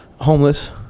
Homeless